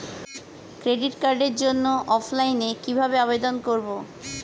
Credit কার্ডের জন্য অফলাইনে কিভাবে আবেদন করব?